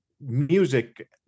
music